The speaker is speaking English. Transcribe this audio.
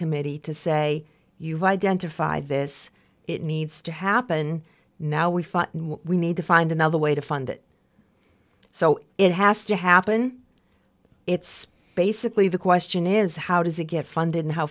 committee to say you've identified this it needs to happen now we feel we need to find another way to fund it so it has to happen it's basically the question is how does it get fund